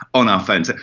on our phones. ah